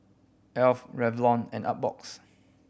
Alf Revlon and Artbox